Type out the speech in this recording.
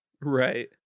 Right